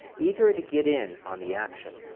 eager to get in on the action.